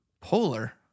Polar